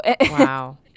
wow